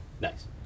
Nice